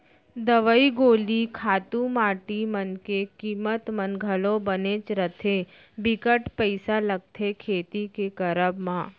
दवई गोली खातू माटी मन के कीमत मन घलौ बनेच रथें बिकट पइसा लगथे खेती के करब म